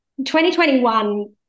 2021